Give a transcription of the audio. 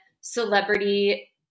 celebrity